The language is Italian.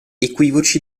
equivoci